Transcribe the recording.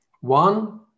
One